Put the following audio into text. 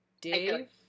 Dave